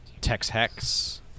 Tex-Hex